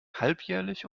halbjährlich